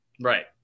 right